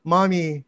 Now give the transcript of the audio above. Mommy